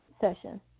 session